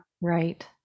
Right